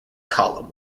column